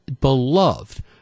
beloved